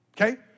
Okay